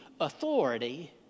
authority